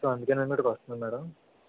so అందుకే మేం ఇక్కడికి వస్తున్నాం మ్యాడం